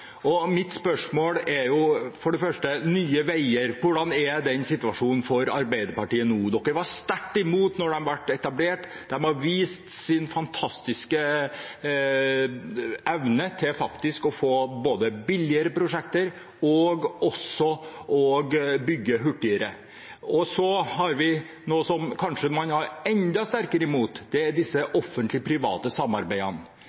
Mitt spørsmål er for det første: Nye Veier – hvordan er den situasjonen for Arbeiderpartiet nå? Arbeiderpartiet var sterkt imot da de ble etablert. De har vist sin fantastiske evne til faktisk både å få billigere prosjekter og å bygge hurtigere. Noe som man kanskje er enda sterkere imot, er de offentlig-private samarbeidene. Det